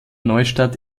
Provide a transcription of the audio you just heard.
neustadt